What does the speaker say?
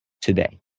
today